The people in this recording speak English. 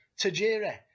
Tajiri